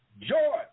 joy